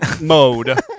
mode